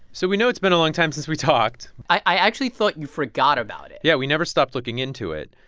so we know it's been a long time since we talked i actually thought you forgot about it yeah. we never stopped looking into it.